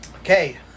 Okay